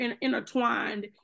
intertwined